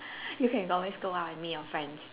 you can always go out with me or friends